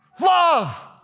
love